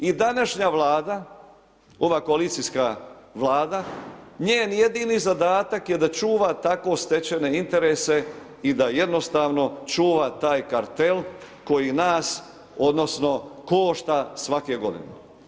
I današnja Vlada ova koalicijska Vlada, njen jedini zadatak je da čuva tako stečene interese i da jednostavno čuva taj kartel koji nas odnosno košta svake godine.